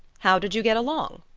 how did you get along?